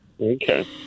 Okay